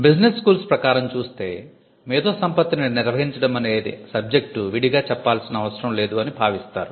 B schools ప్రకారం చూస్తే 'మేధో సంపత్తిని నిర్వహించడం' అనే సబ్జెక్టు విడిగా చెప్పాల్సిన అవసరం లేదు అని భావిస్తారు